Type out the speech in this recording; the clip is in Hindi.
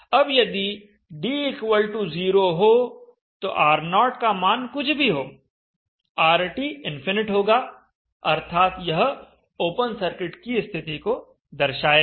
अब यदि d0 हो तो R0 का मान कुछ भी हो RT इनफिनिट होगा अर्थात यह ओपन सर्किट की स्थिति को दर्शाएगा